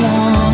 one